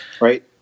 right